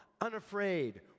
unafraid